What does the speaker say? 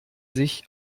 sich